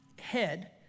head